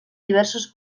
diversos